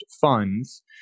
funds